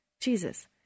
Jesus